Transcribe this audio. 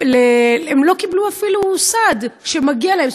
הם לא קיבלו אפילו סעד שמגיע להם.